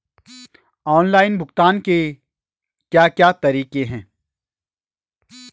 Online भुगतान के क्या क्या तरीके हैं?